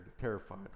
terrified